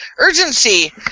urgency